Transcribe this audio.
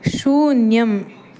शून्यम्